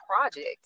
project